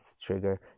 trigger